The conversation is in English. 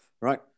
right